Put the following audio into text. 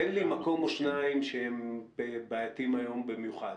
תן לי מקום או שניים שהם בעייתיים היום במיוחד,